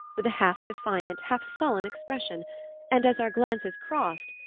with a half-defiant, half-sullen expression and as our glances crossed,